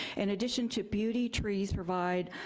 in addition to beauty, trees provide,